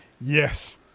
Yes